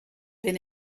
been